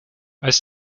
als